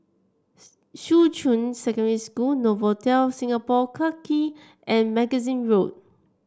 Shuqun Secondary School Novotel Singapore Clarke Quay and Magazine Road